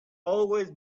always